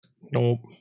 Nope